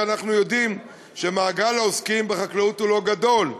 אנחנו יודעים שמעגל העוסקים בחקלאות הוא לא גדול,